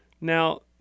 Now